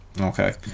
Okay